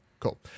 Cool